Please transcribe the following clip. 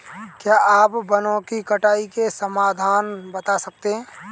क्या आप वनों की कटाई के समाधान बता सकते हैं?